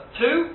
two